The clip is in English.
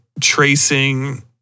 tracing